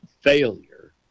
failure